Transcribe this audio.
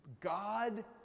God